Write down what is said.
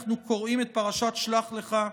אנחנו קוראים את פרשת שלח לך,